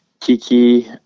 Kiki